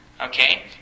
okay